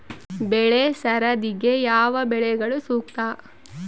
ಬೆಳೆ ಸರದಿಗೆ ಯಾವ ಬೆಳೆಗಳು ಸೂಕ್ತ?